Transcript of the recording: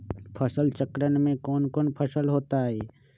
फसल चक्रण में कौन कौन फसल हो ताई?